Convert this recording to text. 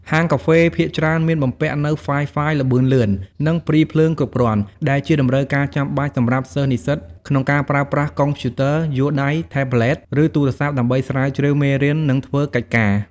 ហាងកាហ្វេភាគច្រើនមានបំពាក់នូវ ហ្វាយហ្វាយ ល្បឿនលឿន និង ព្រីភ្លើង គ្រប់គ្រាន់ ដែលជាតម្រូវការចាំបាច់សម្រាប់សិស្សនិស្សិតក្នុងការប្រើប្រាស់កុំព្យូទ័រយួរដៃ ថេប្លេត ឬទូរស័ព្ទដើម្បីស្រាវជ្រាវមេរៀន និងធ្វើកិច្ចការ។